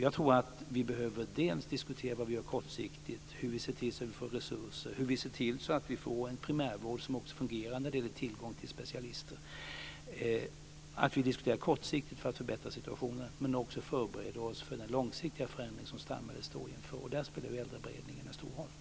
Jag tror att vi dels behöver diskutera vad vi ska göra kortsiktigt för att få resurser och för att få en primärvård som fungerar också när det gäller tillgång till specialister, dels förbereder oss för den långsiktiga förändring som samhället står inför. Där spelar Äldreberedningen en stor roll.